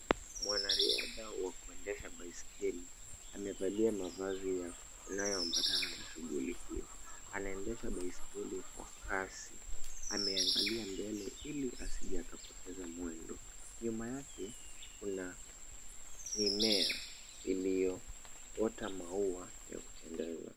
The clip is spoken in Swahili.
Mwanariadha wa kuendesha baiskeli amevalia mavazi inayoambatana na shughuli hiyo. Anaendesha baiskeli kwa kasi. Ameangalia mbele ili asije akapoteza mwendo. Nyuma yake kuna mimea iliyoota maua ya kupendeza.